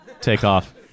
takeoff